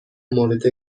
مورد